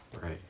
Right